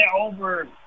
over